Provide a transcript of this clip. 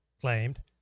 claimed